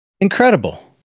Incredible